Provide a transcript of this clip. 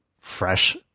fresh